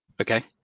Okay